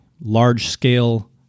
large-scale